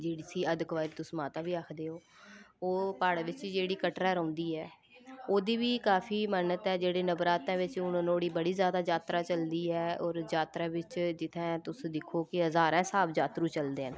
जिसी अद्धकुआरी तुस माता बी आखदे ओ ओह् प्हाड़ै बिच्च जेह्ड़ी कटरै रौंह्दी ऐ ओह्दी बी काफी मानत ऐ जेह्ड़े नवराते बिच्च हून नुहाड़ी बड़ी ज्यादा जात्तरा चलदी ऐ होर जात्तरै बिच्च जित्थें तुस दिक्खो कि हजारें स्हाब जात्तरू चलदे न